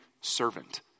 servant